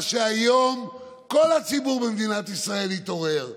מה שהיום כל הציבור במדינת ישראל התעורר,